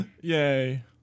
Yay